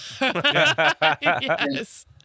Yes